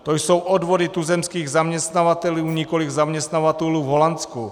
To jsou odvody tuzemských zaměstnavatelů, nikoliv zaměstnavatelů v Holandsku.